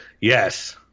Yes